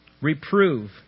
Reprove